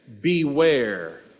Beware